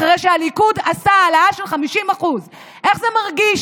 אחרי שהליכוד עשה העלאה של 50% איך זה מרגיש